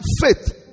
faith